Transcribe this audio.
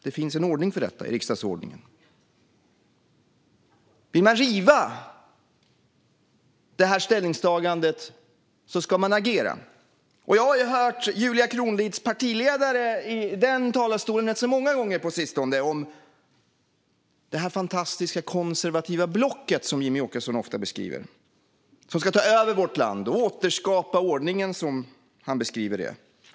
Det finns en ordning för detta i riksdagsordningen. Om man vill riva ställningstagandet ska man agera. Jag har hört Julia Kronlids partiledare i talarstolen rätt många gånger på sistone tala om det fantastiska konservativa block som Jimmie Åkesson ofta beskriver. Det ska ta över vårt land och återskapa ordningen, som han beskriver det.